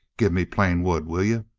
gimme plain wood, will you?